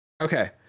Okay